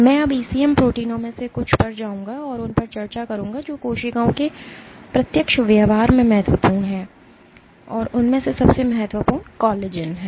मैं अब ईसीएम प्रोटीनों में से कुछ पर जाऊंगा और उन पर चर्चा करूंगा जो कोशिकाओं के प्रत्यक्ष व्यवहार में महत्वपूर्ण हैं और उनमें से सबसे महत्वपूर्ण कोलेजन है